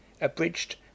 abridged